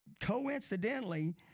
coincidentally